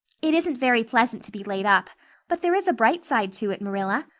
it isn't very pleasant to be laid up but there is a bright side to it, marilla.